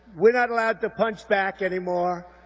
we're not allowed to punch back anymore.